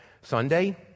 Sunday